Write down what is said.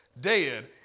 dead